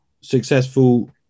successful